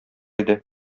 иде